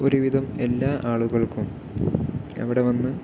ഒരുവിധം എല്ലാ ആളുകൾക്കും അവിടെ വന്ന്